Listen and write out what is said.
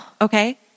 okay